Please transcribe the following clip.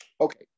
Okay